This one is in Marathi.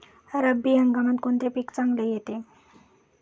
रब्बी हंगामात कोणते पीक चांगले येते?